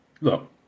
Look